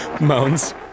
Moans